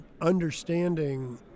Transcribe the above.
understanding